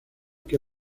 que